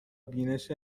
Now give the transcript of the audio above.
بینش